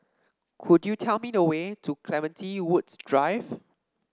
could you tell me the way to Clementi Woods Drive